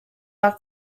are